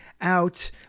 out